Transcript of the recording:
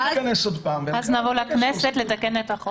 אז נבוא לכנסת לתקן את החוק.